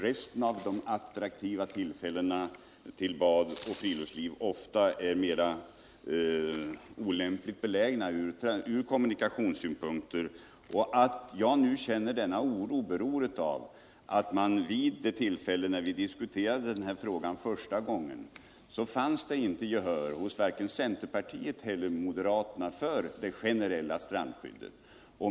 Resten av de attraktiva platserna för bad och friluftsliv har ofta ett olämpligare läge ur kommunikationssynpunkt. Att jag nu känner denna oro beror på att det vid det tillfälle, då den här frågan diskuterades första gången, inte fanns gehör hos vare sig centerpartiet eller moderaterna för det generella strandskyddet.